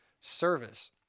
service